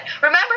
Remember